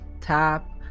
tap